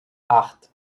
acht